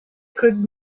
could